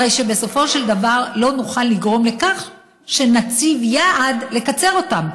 הרי שבסופו של דבר לא נוכל לגרום לכך שנציב יעד לקצר אותם.